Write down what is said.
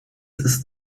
ist